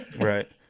right